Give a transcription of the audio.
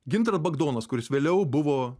gintaras bagdonas kuris vėliau buvo